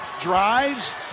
drives